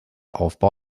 aufbau